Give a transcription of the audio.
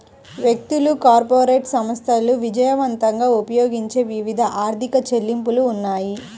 వ్యక్తులు, కార్పొరేట్ సంస్థలు విజయవంతంగా ఉపయోగించే వివిధ ఆర్థిక చెల్లింపులు ఉన్నాయి